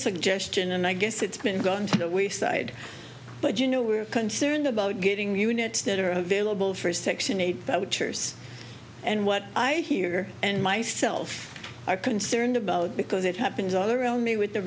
suggestion and i guess it's been going to the we side but you know we're concerned about getting units that are available for section eight vouchers and what i hear and myself are concerned about because it happens all around me with the